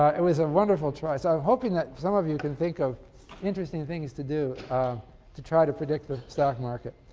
ah it was a wonderful choice. i'm hoping that some of you can think of interesting things to do to try to predict the stock market.